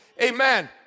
Amen